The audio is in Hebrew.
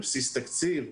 בבסיס תקציב,